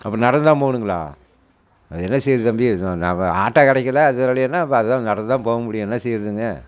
அப்போ நடந்து தான் போகணுங்களா என்ன செய்கிறது தம்பி நா நா வ ஆட்டோ கிடைக்கல அதுவும் இல்லையின்னா அதுதான் நடந்துதான் போகமுடியும் என்ன செய்கிறதுங்க